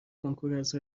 کنکوراز